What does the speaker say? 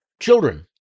children